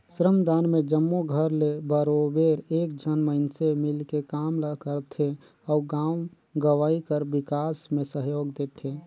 श्रमदान में जम्मो घर ले बरोबेर एक झन मइनसे मिलके काम ल करथे अउ गाँव गंवई कर बिकास में सहयोग देथे